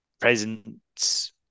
presence